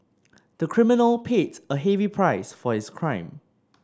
the criminal paid a heavy price for his crime